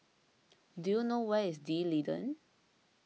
do you know where is D'Leedon